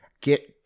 get